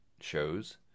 shows